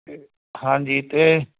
ਅਤੇ ਹਾਂਜੀ ਅਤੇ